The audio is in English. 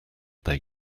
they